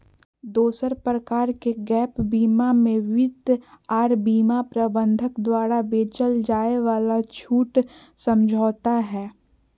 दोसर प्रकार के गैप बीमा मे वित्त आर बीमा प्रबंधक द्वारा बेचल जाय वाला छूट समझौता हय